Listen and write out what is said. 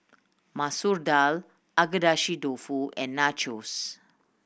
Masoor Dal Agedashi Dofu and Nachos